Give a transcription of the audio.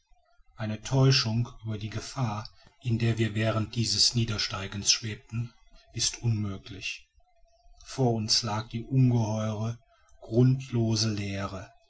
eine täuschung über die gefahr in der wir während dieses niedersteigens schwebten ist unmöglich vor uns lag die ungeheure grundlose leere